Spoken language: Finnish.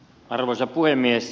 arvoisa puhemies